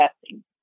testing